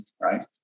right